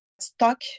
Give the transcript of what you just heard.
stock